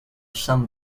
some